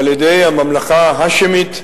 על-ידי הממלכה ההאשמית הירדנית,